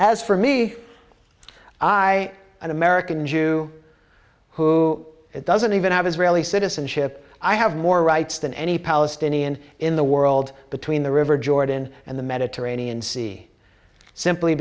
as for me i an american jew who doesn't even have israeli citizenship i have more rights than any palestinian in the world between the river jordan and the mediterranean sea simply